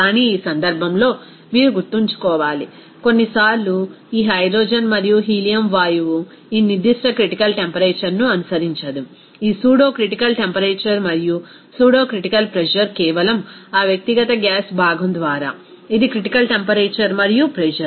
కానీ ఈ సందర్భంలో మీరు గుర్తుంచుకోవాలి కొన్నిసార్లు ఈ హైడ్రోజన్ మరియు హీలియం వాయువు ఈ నిర్దిష్ట క్రిటికల్ టెంపరేచర్ ను అనుసరించదు ఈ సూడో క్రిటికల్ టెంపరేచర్ మరియు సూడో క్రిటికల్ ప్రెజర్ కేవలం ఆ వ్యక్తిగత గ్యాస్ భాగం ద్వారా ఇది క్రిటికల్ టెంపరేచర్ మరియు ప్రెజర్